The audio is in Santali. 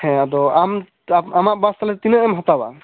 ᱦᱮᱸ ᱟᱫᱚ ᱟᱢ ᱟᱢᱟᱜ ᱵᱟᱥ ᱛᱟᱦᱚᱞᱮ ᱛᱤᱱᱟᱹ ᱮᱢ ᱦᱟᱛᱟᱣᱼᱟ